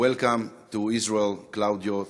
Welcome to Israel Claudio,